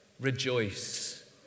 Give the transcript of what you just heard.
rejoice